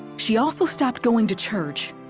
she also stopped going to church.